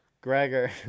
Gregor